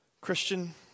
Christian